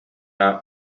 not